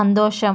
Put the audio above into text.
സന്തോഷം